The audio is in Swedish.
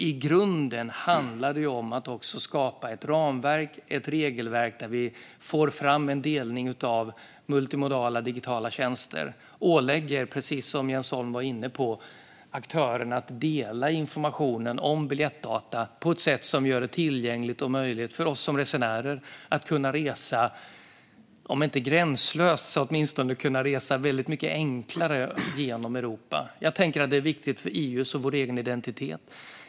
I grunden handlar det om att skapa ett ramverk, ett regelverk, där vi får fram en delning av multimodala digitala tjänster och ålägger, precis som Jens Holm var inne på, aktörerna att dela informationen om biljettdata, så att det blir möjligt för oss som resenärer att resa genom Europa, om inte gränslöst så åtminstone väldigt mycket enklare. Jag tänker att det är viktigt för EU:s och vår egen identitet.